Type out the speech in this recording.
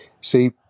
See